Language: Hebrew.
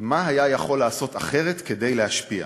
מה היה יכול לעשות אחרת כדי להשפיע,